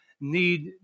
need